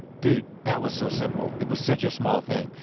dude, that was so simple. it was such a small thing.